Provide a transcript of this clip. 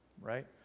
right